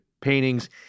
paintings